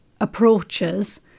approaches